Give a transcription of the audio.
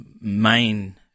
main